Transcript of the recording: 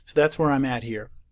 that's where i'm at here.